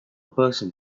person